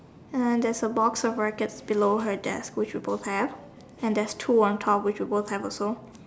and there's a box of rackets below her desk which we both have and there's two on top which we both have also